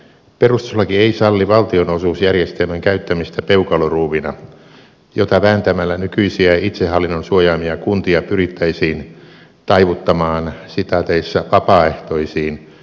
perustuslaki ei salli valtionosuusjärjestelmän käyttämistä peukaloruuvina jota vääntämällä nykyisiä itsehallinnon suojaamia kuntia pyrittäisiin taivuttamaan vapaaehtoisiin kuntaliitoksiin